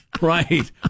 right